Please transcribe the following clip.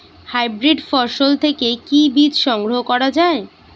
Hybrid ফসল থেকে কি বীজ সংগ্রহ করা য়ায়?